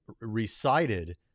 recited